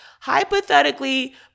hypothetically